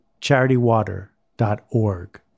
CharityWater.org